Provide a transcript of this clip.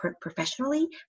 professionally